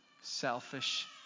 selfish